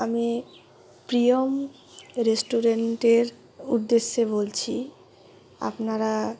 আমি প্রিয়ম রেস্টুরেন্টের উদ্দেশ্যে বলছি আপনারা